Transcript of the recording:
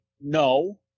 no